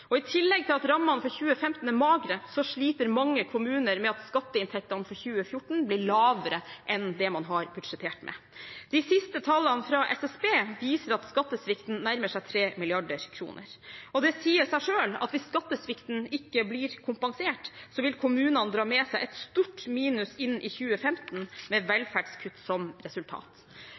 og i tillegg til at rammene for 2015 er magre, sliter mange kommuner med at skatteinntektene for 2014 blir lavere enn det man har budsjettert med. De siste tallene fra SSB viser at skattesvikten nærmer seg 3 mrd. kr. Og det sier seg selv at hvis skattesvikten ikke blir kompensert, vil kommunene dra med seg et stort minus inn i 2015, med velferdskutt som resultat.